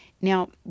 now